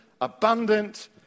abundant